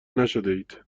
نشدهاید